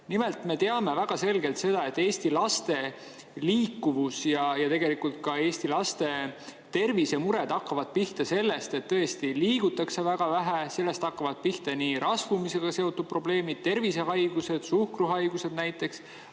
palka. Nimelt, me teame väga selgelt seda, et Eesti laste liikuvus‑ ja tegelikult ka Eesti laste tervisemured hakkavad pihta sellest, et tõesti liigutakse väga vähe. Sellest hakkavad pihta näiteks rasvumisega seotud probleemid, tervise[probleemid], suhkruhaigus või ka